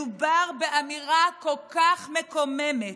מדובר באמירה כל כך מקוממת,